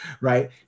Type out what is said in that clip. right